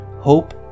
hope